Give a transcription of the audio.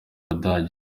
budage